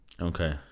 okay